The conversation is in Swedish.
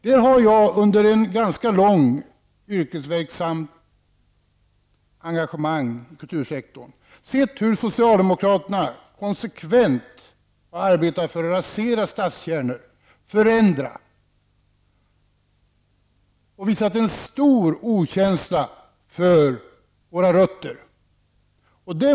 Jag har under en ganska lång tid då jag har haft ett yrkesverksamt engagemang inom kultursektorn sett hur socialdemokraterna konsekvent har arbetat för att rasera och förändra stadskärnor. De har visat en stor okänsla för våra rötter.